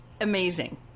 Amazing